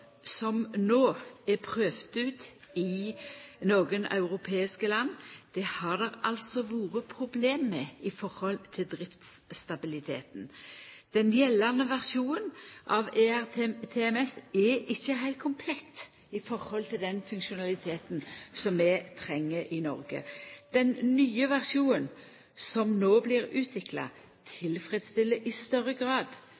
er prøvd ut i nokre europeiske land, har det vore problem med når det gjeld driftsstabiliteten. Den gjeldande versjonen av ERTMS er ikkje heilt komplett når det gjeld den funksjonaliteten som vi treng i Noreg. Den nye versjonen som no blir utvikla,